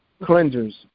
cleansers